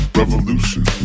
revolution